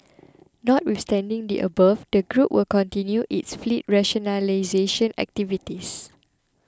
notwithstanding the above the group will continue its fleet rationalisation activities